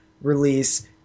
release